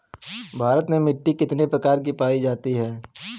भारत में मिट्टी कितने प्रकार की पाई जाती हैं?